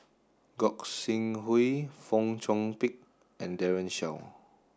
Gog Sing Hooi Fong Chong Pik and Daren Shiau